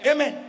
Amen